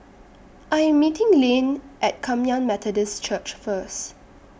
I Am meeting Layne At Kum Yan Methodist Church First